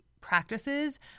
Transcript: practices